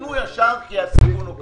ייתנו ישר כי הסיכון הוא קטן.